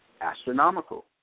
Astronomical